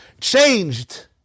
changed